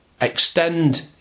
extend